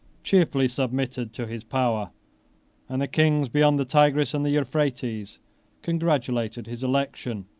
cheerfully submitted to his power and the kings beyond the tigris and the euphrates congratulated his election,